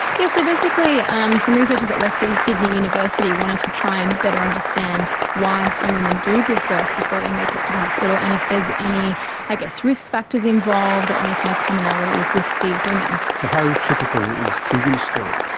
yes, so basically um some researchers at western sydney university wanted to try and better understand why some women do give birth before they make it to the hospital and if there is any risk factors involved or any kind of commonalities with these women. so how typical is tegan's story?